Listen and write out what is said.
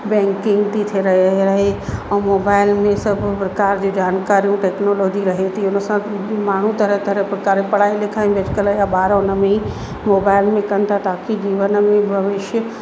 banking थी थिए रहे रहे ऐं मोबाइल में सभु प्रकार जी जानकारियूं टैक्नोलॉजी रहे थी हुन सां माण्हू तरह तरह प्रकार पढ़ाइयूं लिखायूं बि अॼकल्ह जा ॿार हुन में ई मोबाइल में कनि था ताक़ी जीवन में भविष्य